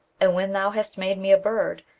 and when thou hast made me a bird,